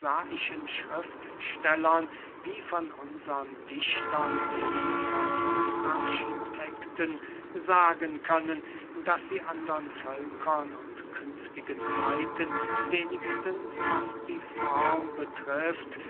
schriftstellern wie von unsern dichtern bildnern und architekten sagen können daß sie andern völkern und künftigen zeiten wenigstens was die form betrifft